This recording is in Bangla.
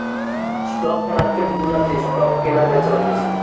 স্টক মার্কেট গুলাতে স্টক কেনা বেচা হতিছে